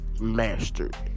mastered